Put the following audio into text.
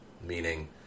meaning